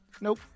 Nope